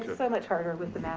so much harder with the masks.